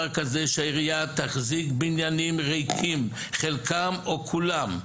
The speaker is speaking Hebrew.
כזה שהעירייה תחזיק בניינים ריקים חלקם או כולם,